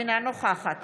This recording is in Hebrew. אינה נוכחת